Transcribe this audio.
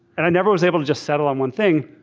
and i never was able to just settle on one thing.